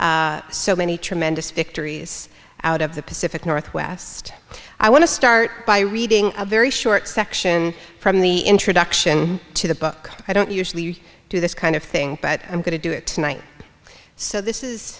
behind so many tremendous victories out of the pacific northwest i want to start by reading a very short section from the introduction to the book i don't usually do this kind of thing but i'm going to do it tonight so this is